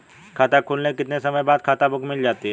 खाता खुलने के कितने समय बाद खाता बुक मिल जाती है?